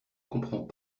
comprends